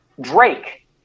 Drake